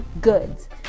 goods